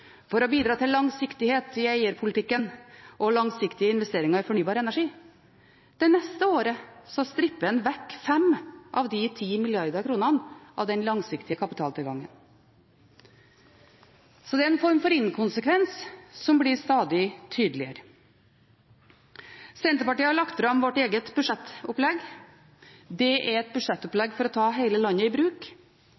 for å bidra til langsiktighet i eierpolitikken og langsiktige investeringer i fornybar energi. Det neste året stripper en vekk 5 mrd. kr av de 10 mrd. kronene av den langsiktige kapitaltilgangen. Det er en form for inkonsekvens som blir stadig tydeligere. Senterpartiet har lagt fram vårt eget budsjettopplegg. Det er et budsjettopplegg for å ta hele landet i bruk.